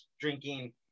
drinking